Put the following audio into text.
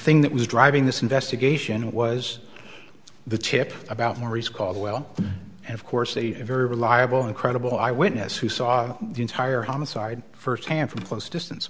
ing that was driving this investigation was the tip about maurice caldwell and of course a very reliable and credible eyewitness who saw the entire homicide firsthand from close distance